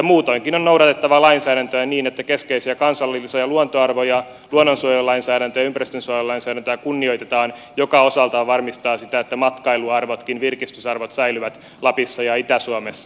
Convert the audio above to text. muutoinkin on noudatettava lainsäädäntöä niin että keskeisiä kansallisia luontoarvoja luonnonsuojelulainsäädäntöä ja ympäristönsuojelulainsäädäntöä kunnioitetaan mikä osaltaan varmistaa sitä että matkailuarvotkin virkistysarvot säilyvät lapissa ja itä suomessa